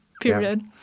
period